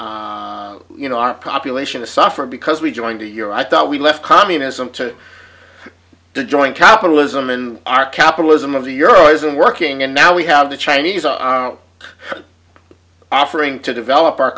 you know our population is suffer because we joined to your i thought we left communism to join capitalism and our capitalism of the euro isn't working and now we have the chinese are offering to develop our